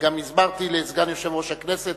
גם הסברתי לסגן יושב-ראש הכנסת